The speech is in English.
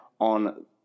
on